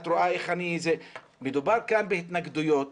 מדובר כאן בהתנגדויות,